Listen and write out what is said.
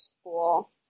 school